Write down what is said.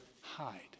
hide